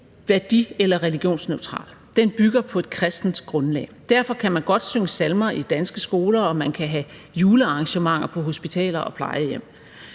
værdi- eller religionsneutral. Den bygger på et kristent grundlag. Derfor kan man godt synge salmer i danske skoler, og man kan have julearrangementer på hospitaler og plejehjem.